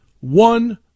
one